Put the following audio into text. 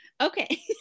okay